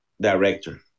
director